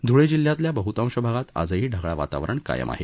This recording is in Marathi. ध्ळे जिल्ह्यातील बहतांश भागात आजही ढगाळ वातावरण कायम आहे